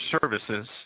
services